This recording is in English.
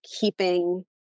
keeping